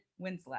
Winslet